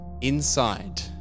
inside